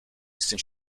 since